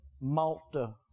Malta